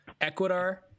Ecuador